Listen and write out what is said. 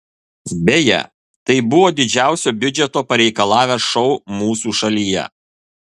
beje tai buvo didžiausio biudžeto pareikalavęs šou mūsų šalyje